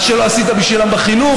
מה שלא עשית בשבילם בחינוך,